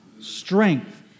strength